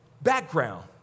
background